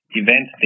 event